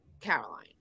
Caroline